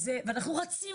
ואנחנו רצים